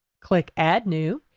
click add new,